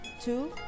Two